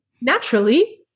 Naturally